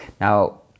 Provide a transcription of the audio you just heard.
Now